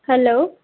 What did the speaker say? hello